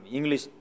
English